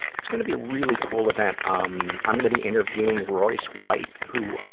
it's gonna be a really cool event. um i'm gonna be interviewing royce white, who, ah,